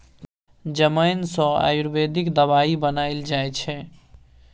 जमैन सँ आयुर्वेदिक दबाई बनाएल जाइ छै